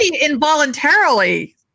involuntarily